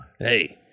Hey